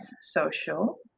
social